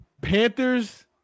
Panthers